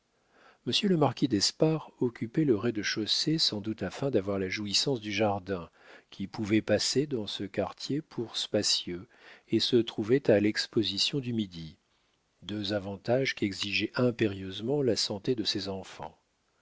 le marquis d'espard occupait le rez-de-chaussée sans doute afin d'avoir la jouissance du jardin qui pouvait passer dans ce quartier pour spacieux et se trouvait à l'exposition du midi deux avantages qu'exigeait impérieusement la santé de ses enfants